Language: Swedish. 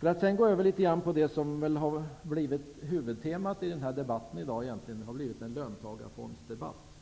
Låt mig sedan gå över till det som väl har blivit huvudtemat i debatten. Det har blivit en löntagarfondsdebatt.